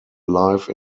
life